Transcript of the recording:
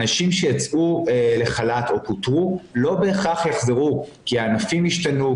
אנשים שיצאו לחל"ת או פוטרו לא בהכרח יחזרו כי הענפים השתנו,